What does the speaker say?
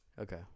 Okay